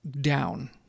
down